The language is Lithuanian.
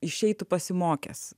išeitų pasimokęs